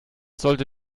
sollte